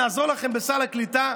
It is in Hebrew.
נעזור לכם בסל הקליטה,